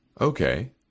Okay